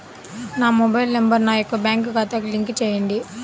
నా mobile number నా యొక్క బ్యాంక్ ఖాతాకి లింక్ చేయండీ?